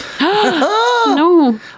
No